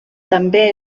també